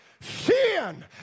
Sin